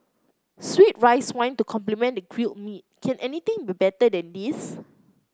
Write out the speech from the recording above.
sweet rice wine to complement the grilled meat can anything be better than this